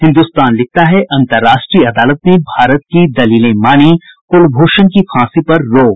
हिन्दुस्तान लिखता है अंतर्राष्ट्रीय अदालत ने भारत की दलीलें मानी कुलभूषण की फांसी पर रोक